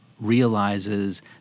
realizes